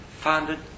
founded